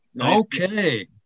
okay